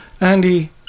Andy